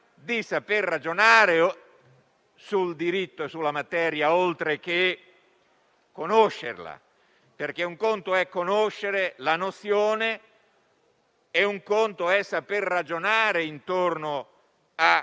di saper ragionare sul diritto e sulla materia, oltre che conoscerla. Un conto è conoscere la nozione, altro conto è saper ragionare intorno